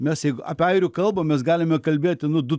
mes jeigu apie airių kalbą mes galime kalbėti nu du